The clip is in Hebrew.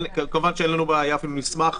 כמובן שאין לנו בעיה ונשמח.